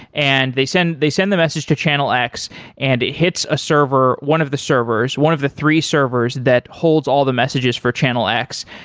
and they send, they send the message to channel x and the hits a server, one of the servers, one of the three servers that holds all the messages for channel x,